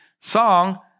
song